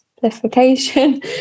simplification